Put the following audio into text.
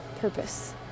Purpose